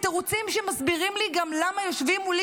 תירוצים שמסבירים לי גם למה יושבים מולי